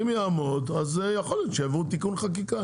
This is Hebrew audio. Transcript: אם יעמוד אז יכול להיות שיביאו תיקון חקיקה,